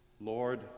Lord